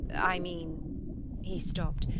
i mean he stopped,